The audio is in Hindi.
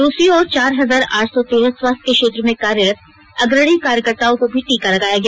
दूसरी ओर चार हजार आठ सौ तेरह स्वास्थ्य के क्षेत्र में कार्यरत अग्रणी कार्यकर्ताओ को भी टीका लगाया गया